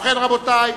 ובכן, רבותי,